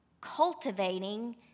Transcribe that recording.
cultivating